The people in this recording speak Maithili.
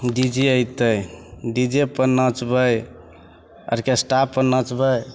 डी जे अएतै डी जे पर नाचबै ऑर्केस्टापर नाचबै